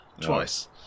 twice